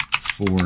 four